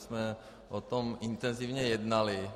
Že jsme o tom intenzivně jednali.